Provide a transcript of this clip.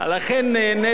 לכן נעניתי,